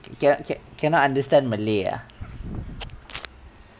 cannot cannot understand malay ah